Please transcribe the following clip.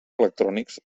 electrònics